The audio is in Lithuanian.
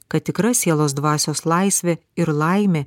kad tikra sielos dvasios laisvė ir laimė